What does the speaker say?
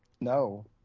No